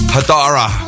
Hadara